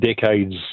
decades